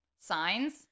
Signs